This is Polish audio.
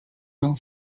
dał